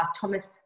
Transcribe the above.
Thomas